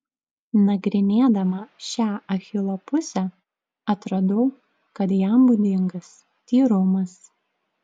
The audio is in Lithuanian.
nagrinėdama šią achilo pusę atradau kad jam būdingas tyrumas